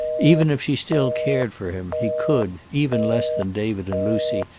even if she still cared for him, he could, even less than david and lucy,